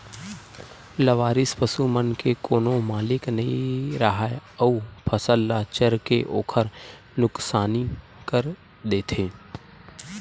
लवारिस पसू मन के कोनो मालिक नइ राहय अउ फसल ल चर के ओखर नुकसानी कर देथे